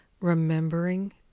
remembering